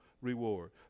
reward